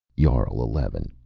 jarl eleven,